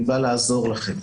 תעזור לנו,